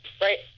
Right